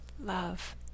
love